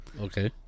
Okay